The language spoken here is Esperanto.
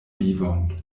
vivon